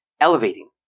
elevating